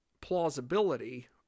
plausibility